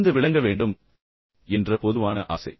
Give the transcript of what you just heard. சிறந்து விளங்க வேண்டும் என்ற பொதுவான ஆசை